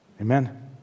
Amen